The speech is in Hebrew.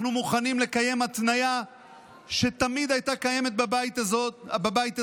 אנחנו מוכנים לקיים התניה שתמיד הייתה קיימת בבית הזה,